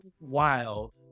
wild